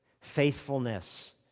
faithfulness